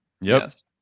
Yes